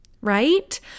right